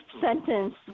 sentence